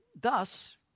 thus